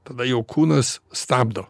tada jau kūnas stabdo